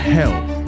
health